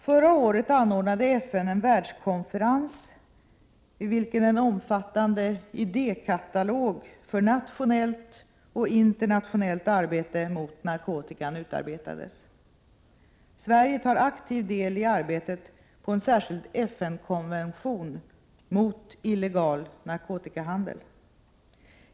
Förra året anordnade FN en världskonferens vid vilken en omfattande idékatalog för nationellt och internationellt arbete mot narkotika utarbetades. Sverige tar aktiv del i arbetet på en särskild FN-konvention mot illegal narkotikahandel.